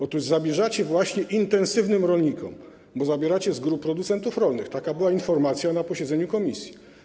Otóż zabieracie właśnie intensywnym rolnikom, bo zabieracie grupom producentów rolnych, taka była informacja na posiedzeniu komisji.